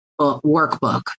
workbook